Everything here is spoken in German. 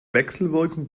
wechselwirkung